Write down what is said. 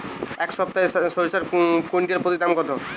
এই সপ্তাহে সরিষার কুইন্টাল প্রতি দাম কত?